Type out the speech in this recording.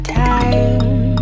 time